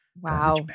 Wow